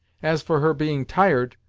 as for her being tired,